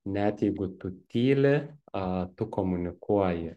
net jeigu tu tyli a tu komunikuoji